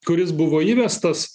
kuris buvo įvestas